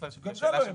גם זה לא יהיה ברור.